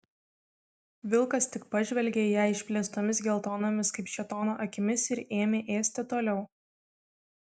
vilkas tik pažvelgė į ją išplėstomis geltonomis kaip šėtono akimis ir ėmė ėsti toliau